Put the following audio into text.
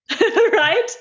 right